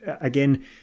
again